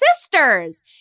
Sisters